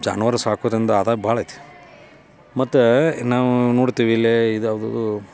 ಜಾನುವಾರು ಸಾಕೋದರಿಂದ ಆದಾಯ ಭಾಳ ಐತಿ ಮತ್ತು ನಾವು ನೋಡ್ತೀವಿ ಇಲ್ಲೇ ಇದು ಯಾವ್ದು